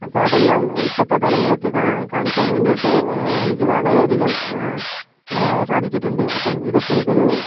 അപ്പോൾ അതെല്ലാം ഇപ്പോഴത്തെ തലമുറയ്ക്ക് കാ കാണിക്കാൻ വേണ്ടിയിട്ട് എനിക്ക് വളരെ അധികം സാധിച്ചിട്ടുണ്ട് അപ്പം ഇതൊക്കെ എനിക്ക് ഒരു